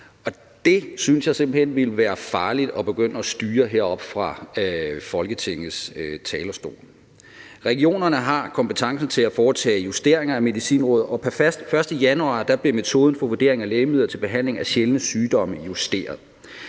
det synes jeg simpelt hen ville være farligt at begynde at styre heroppe fra Folketingets talerstol. Regionerne har kompetencen til at foretage justeringer af Medicinrådet, og pr. 1. januar blev metoden til vurdering af lægemidler til behandling af sjældne sygdomme justeret.